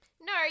No